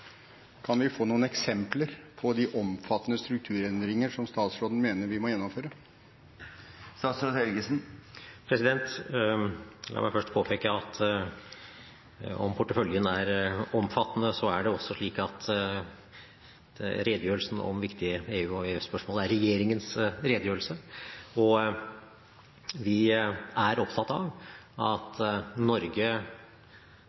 som statsråden mener vi må gjennomføre? La meg først påpeke at om porteføljen er omfattende, så er det også slik at redegjørelsen om viktige EU- og EØS-spørsmål er regjeringens redegjørelse. Vi er opptatt av at